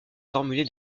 formuler